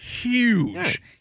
huge